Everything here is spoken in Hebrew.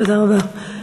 תודה רבה.